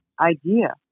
idea